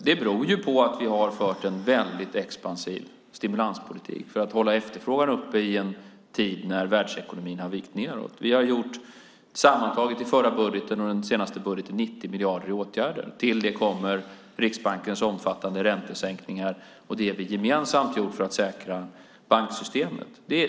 Det beror på att vi har fört en väldigt expansiv stimulanspolitik för att hålla efterfrågan uppe i en tid när världsekonomin har vikt nedåt. Sammantaget i förra budgeten och i den senaste budgeten har vi lagt 90 miljoner på åtgärder. Till det kommer Riksbankens omfattande räntesänkningar och det vi gemensamt gjort för att säkra banksystemet.